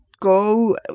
Go